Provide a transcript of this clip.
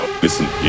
listen